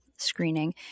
screening